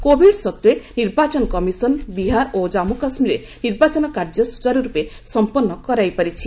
Covid ସତ୍ତ୍ୱେ ନିର୍ବାଚନ commission Bihar ଓ ଜାନ୍ମୁ କାଶ୍ମୀରରେ ନିର୍ବାଚନ କାର୍ଯ୍ୟ ସ୍ତଚାର୍ରପେ ସମ୍ପନ୍ନ କରାଇ ପାରିଛି